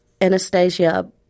Anastasia